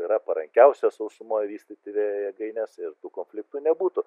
yra parankiausia sausumoj vystyti vėjo jėgaines ir tų konfliktų nebūtų